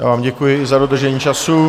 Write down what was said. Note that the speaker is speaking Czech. Já vám děkuji i za dodržení času.